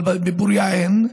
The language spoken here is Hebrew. אבל בפוריה אין,